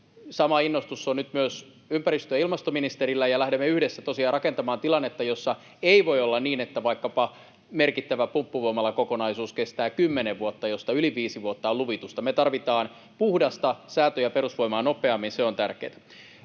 Sama innostus on nyt myös ympäristö- ja ilmastoministerillä, ja lähdemme yhdessä tosiaan rakentamaan tilannetta, jossa ei voi olla niin, että vaikkapa merkittävä pumppuvoimalakokonaisuus kestää kymmenen vuotta, josta yli viisi vuotta on luvitusta. Me tarvitaan puhdasta säätö- ja perusvoimaa nopeammin. Se on tärkeätä.